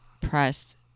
press